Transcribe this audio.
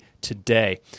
today